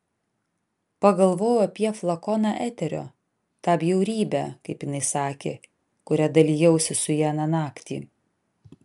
pagalvojau apie flakoną eterio tą bjaurybę kaip jinai sakė kuria dalijausi su ja aną naktį